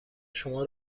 شما